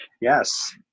Yes